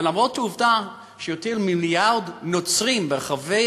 ולמרות העובדה שיותר ממיליארד נוצרים ברחבי